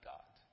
God